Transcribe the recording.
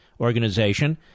Organization